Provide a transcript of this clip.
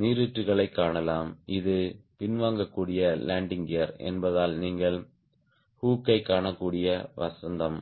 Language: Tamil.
நீரூற்றுகளைக் காணலாம் இது பின்வாங்கக்கூடிய லேண்டிங் கியர் என்பதால் நீங்கள் ஹூக்கைக் காணக்கூடிய வசந்தம்